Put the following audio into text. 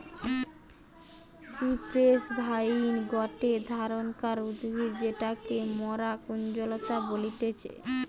cypress vine গটে ধরণকার উদ্ভিদ যেটাকে মরা কুঞ্জলতা বলতিছে